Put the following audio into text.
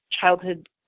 childhood